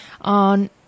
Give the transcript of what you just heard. on